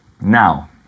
Now